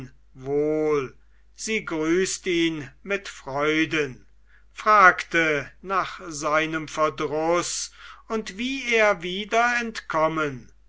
wohl sie grüßt ihn mit freuden fragte nach seinem verdruß und wie er wieder entkommen